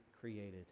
created